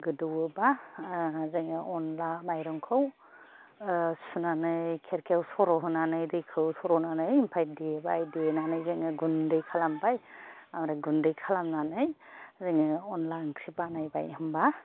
गोदौवोबा ओह जोङो अनला माइरंखौ ओह सुनानै खेरखायाव सर' होनानै दैखौ सर'नानै देबाय ओमफ्राय देबाय दैनानै जोङो गुन्दै खालामबाय ओमफ्राय गुन्दै खालामनानै जोङो अनला ओंख्रि बानायबाय होमबा